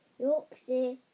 Yorkshire